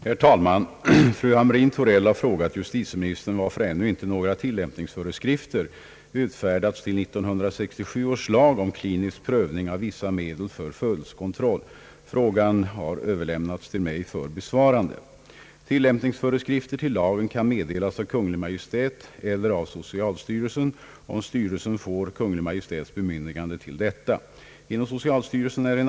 Herr talman! Jag vill bara hänvisa till vad jag har sagt i svaret, nämligen att den arbetsgrupp som nu är i verksamhet kommer att noga penetrera ärendet. Styrelsen räknar med att inom kort kunna komma in till Kungl. Maj:t med förslag i detta ämne.